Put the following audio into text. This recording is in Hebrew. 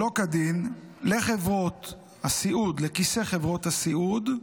שלא כדין לכיסי חברות הסיעוד,